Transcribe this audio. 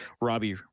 Robbie